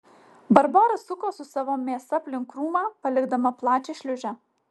barbora suko su savo mėsa aplink krūmą palikdama plačią šliūžę